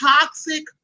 toxic